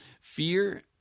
fear